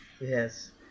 Yes